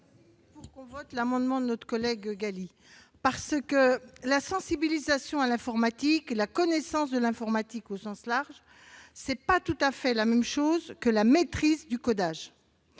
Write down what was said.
de vote. J'insiste pour que l'on vote l'amendement de notre collègue Samia Ghali. La sensibilisation à l'informatique, la connaissance de l'informatique au sens large, cela n'est pas la même chose que la maîtrise du codage.